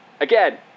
Again